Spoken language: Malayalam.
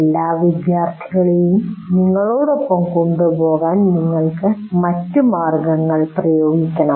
എല്ലാ വിദ്യാർത്ഥികളെയും നിങ്ങളോടൊപ്പം കൊണ്ടുപോകാൻ നിങ്ങൾ മറ്റ് മാർഗ്ഗങ്ങൾ ഉപയോഗിക്കണം